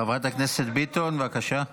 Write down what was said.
חברת הכנסת ביטון, בבקשה.